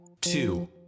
two